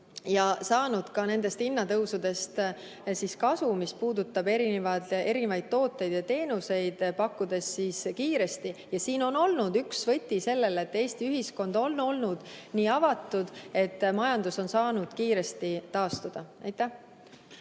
ja saanud ka nendest hinnatõusudest kasu. See puudutab erinevate toodete ja teenuste kiiresti pakkumist. Ja siin on olnud üks võti selles, et Eesti ühiskond on olnud nii avatud, et majandus on saanud kiiresti taastuda. Aitäh!